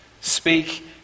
speak